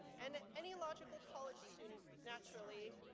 and any logical college student, naturally,